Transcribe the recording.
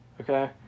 Okay